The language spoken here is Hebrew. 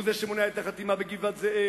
הוא זה שמונע את החתימה בגבעת-זאב,